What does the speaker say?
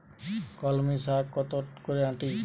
কলমি শাখ কত করে আঁটি?